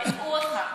הטעו אותך.